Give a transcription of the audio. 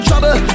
Trouble